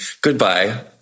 Goodbye